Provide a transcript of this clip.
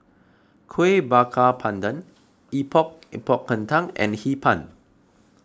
Kuih Bakar Pandan Epok Epok Kentang and Hee Pan